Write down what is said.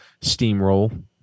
steamroll